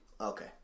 Okay